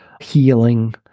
healing